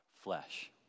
flesh